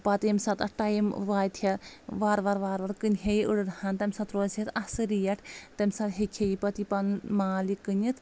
پتہٕ ییٚمہِ ساتہٕ اَتھ ٹایم واتہِ ہا وارٕ وارٕ کٔنہِ ہا یہِ أڈ أڈ ہن تَمہِ ساتہٕ روزِ ہا اَصٕل ریٹ تَمہِ ساتہٕ ہٮ۪کہِ ہا یہِ پَنُن مال یہِ کٕنِتھ